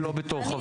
חבר